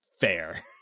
fair